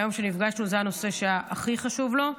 מהיום שנפגשנו זה הנושא שהכי חשוב לו,